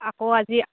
আকৌ আজি